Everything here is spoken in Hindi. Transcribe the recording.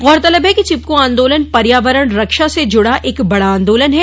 गौरतलब है कि चिपको आन्दोलन पर्यावरण रक्षा से जुड़ा एक बड़ा आन्दोलन है